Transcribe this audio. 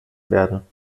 werden